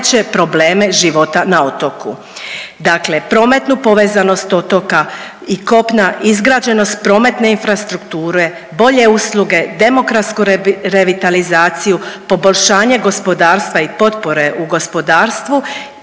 probleme života na otoku. Dakle, prometnu povezanost otoka i kopna, izgrađenost prometne infrastrukture, bolje usluge, demografsku revitalizaciju, poboljšanje gospodarstva i potpore u gospodarstvu